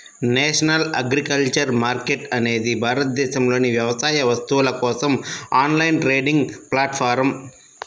national agriculture market అనేది భారతదేశంలోని వ్యవసాయ వస్తువుల కోసం ఆన్లైన్ ట్రేడింగ్ ప్లాట్ఫారమ్